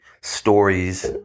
stories